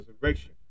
resurrection